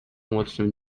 młodszym